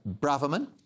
Braverman